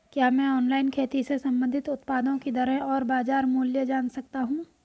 क्या मैं ऑनलाइन खेती से संबंधित उत्पादों की दरें और बाज़ार मूल्य जान सकता हूँ?